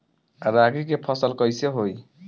रागी के फसल कईसे होई?